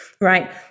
right